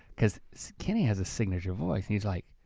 cause kenny has a signature voice and he's like,